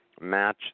match